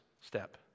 step